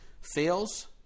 fails